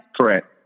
Correct